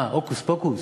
מה, הוקוס-פוקוס?